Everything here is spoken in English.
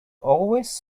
always